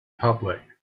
public